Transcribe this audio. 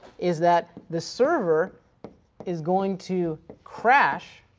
is that the server is going to crash